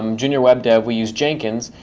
um junior web dev, we use jenkins.